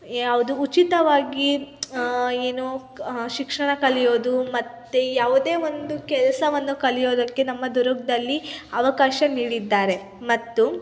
ಯಾವುದು ಉಚಿತವಾಗಿ ಏನೂ ಕ್ ಶಿಕ್ಷಣ ಕಲಿಯೋದು ಮತ್ತು ಯಾವುದೇ ಒಂದು ಕೆಲಸವನ್ನು ಕಲಿಯೋದಕ್ಕೆ ನಮ್ಮ ದುರ್ಗದಲ್ಲಿ ಅವಕಾಶ ನೀಡಿದ್ದಾರೆ ಮತ್ತು